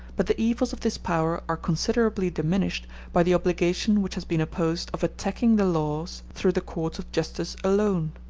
but the evils of this power are considerably diminished by the obligation which has been imposed of attacking the laws through the courts of justice alone.